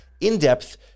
in-depth